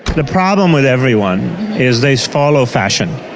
the problem with everyone is they follow fashion,